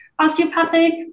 Osteopathic